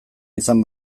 izan